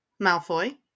Malfoy